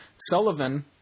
Sullivan